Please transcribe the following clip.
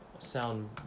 sound